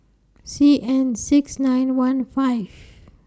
C N six nine one five